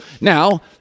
Now